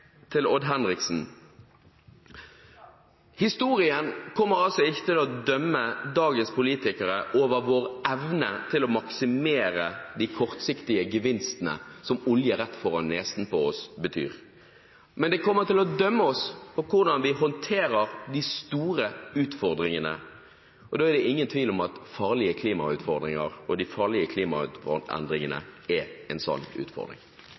til Odd Henriksen: Historien kommer ikke til å dømme dagens politikere for vår evne til å maksimere de kortsiktige gevinstene som olje rett foran nesen på oss betyr, men den kommer til å dømme oss for hvordan vi håndterer de store utfordringene. Og da er det ingen tvil om at de farlige klimaendringene er en sånn utfordring.